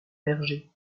berger